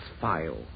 file